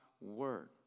word